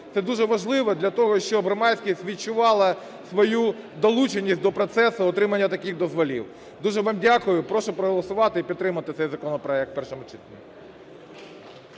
Це дуже важливо для того, щоб громадськість відчувала свою долученість до процесу отримання таких дозволів. Дуже вам дякую. Прошу проголосувати і підтримати цей законопроект